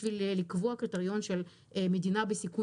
בשביל לקבוע קריטריון של מדינה בסיכון